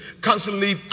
constantly